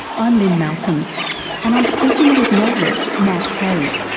i'm lynne malcolm and i'm speaking with novelist matt haig,